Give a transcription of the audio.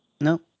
no